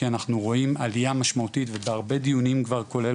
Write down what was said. כי אנחנו רואים עלייה משמעותית ובהרבה דיונים כבר כולל